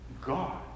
God